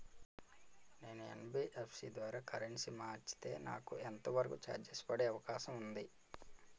నేను యన్.బి.ఎఫ్.సి ద్వారా కరెన్సీ మార్చితే నాకు ఎంత వరకు చార్జెస్ పడే అవకాశం ఉంది?